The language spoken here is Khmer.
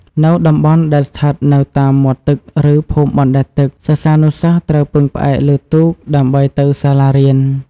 នៅតំបន់ដែលស្ថិតនៅតាមមាត់ទឹកឬភូមិបណ្តែតទឹក សិស្សានុសិស្សត្រូវពឹងផ្អែកលើទូកដើម្បីទៅសាលារៀន។